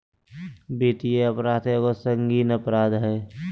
वित्तीय अपराध एगो संगीन अपराध हइ